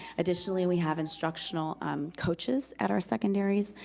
additionally we have instructional um coaches at our secondaries,